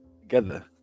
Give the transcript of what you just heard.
together